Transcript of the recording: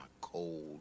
cold